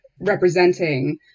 representing